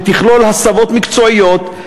שתכלול הסבות מקצועיות,